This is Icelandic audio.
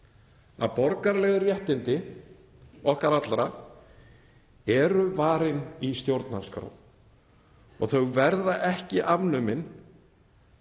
að borgaraleg réttindi okkar allra eru varin í stjórnarskrá. Þau verða ekki afnumin,